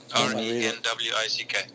R-E-N-W-I-C-K